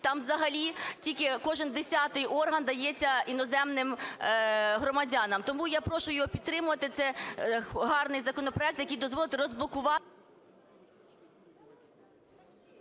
там взагалі тільки кожен десятий орган дається іноземним громадянам. Тому я прошу його підтримати, це гарний законопроект, який дозволить розблокувати…